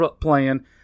playing